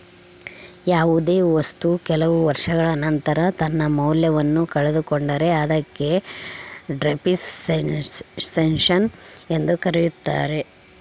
ಯಾವುದೇ ವಸ್ತು ಕೆಲವು ವರ್ಷಗಳ ನಂತರ ತನ್ನ ಮೌಲ್ಯವನ್ನು ಕಳೆದುಕೊಂಡರೆ ಅದಕ್ಕೆ ಡೆಪ್ರಿಸಸೇಷನ್ ಎಂದು ಕರೆಯುತ್ತಾರೆ